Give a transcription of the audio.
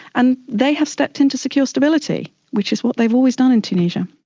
and they have stepped into secure stability, which is what they've always done in tunisia.